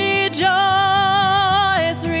Rejoice